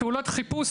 פעולות חיפוש,